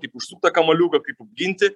kaip užsukt tą kamuoliuką kaip apginti